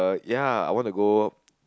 ya I wanted to go